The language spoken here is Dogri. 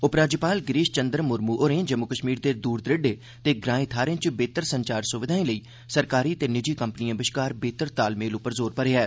उपराज्यपाल गिरीष चंद्र मुर्मु होरें जम्मू कष्मीर दे दूर दरेडे ते ग्राएं थाहरें च बेहतर संचार सुविधा लेई सरकारी ते निजी कंपनिएं बष्कार बेहतर तालमेल उप्पर जोर भरेआ ऐ